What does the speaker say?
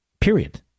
Period